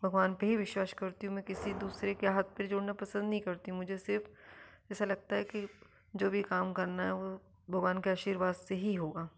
भगवान पर ही विश्वास करती हूँ मैं किसी दूसरे के हाथ पैर जोड़ना पसंद नहीं करती हूँ मुझे सिर्फ़ ऐसा लगता है कि जो भी काम करना हैं वो भगवान के आशीर्वाद से ही होगा